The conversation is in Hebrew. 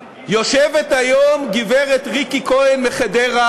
כמה חיכית להגיד, יושבת היום גברת ריקי כהן מחדרה